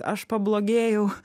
aš pablogėjau